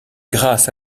grâce